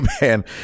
man